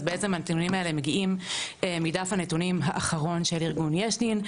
אז בעצם הנתונים האלה מגיעים מדף הנתונים האחרון של ארגון יש דין,